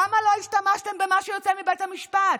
למה לא השתמשתם במה שיוצא מבית המשפט?